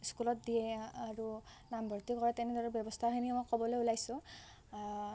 স্কুলত দিয়ে আৰু নামভৰ্তি কৰে তেনেদৰে ব্যৱস্থাখিনি মই ক'বলৈ ওলাইছোঁ